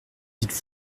dites